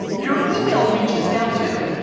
your email reaches down too.